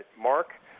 Mark